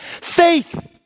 Faith